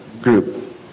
group